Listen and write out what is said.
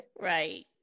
Right